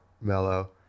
mellow